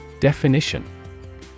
Definition